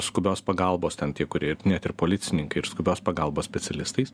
skubios pagalbos ten tie kurie net ir policininkai ir skubios pagalbos specialistais